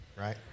right